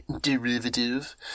derivative